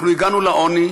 אנחנו הגענו לעוני